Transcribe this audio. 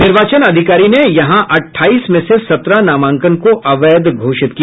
निर्वाचन अधिकारी ने यहां अट्ठाईस में से सत्रह नामांकन को अवैध घोषित किया